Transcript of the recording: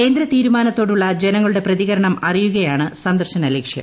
കേന്ദ്ര തീരുമാനത്തോടുള്ള ജനങ്ങളുടെ പ്രതികരണം അറിയുകയാണ് സന്ദർശന ലക്ഷ്യം